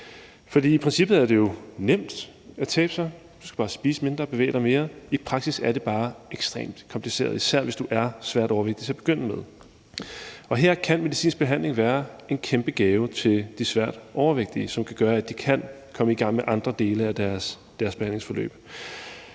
i princippet er det jo nemt at tabe sig. Du skal bare spise mindre og bevæge dig mere. I praksis er det bare ekstremt kompliceret, især hvis du er svært overvægtig til at begynde med, og her kan medicinsk behandling være en kæmpe gave til de svært overvægtige, som kan gøre, at de kan komme i gang med andre dele af deres behandlingsforløb.